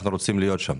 אנחנו רוצים להיות שם.